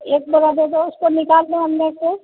एक बोरह दे दो उसको निकाल लो अंदर से